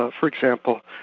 ah for example,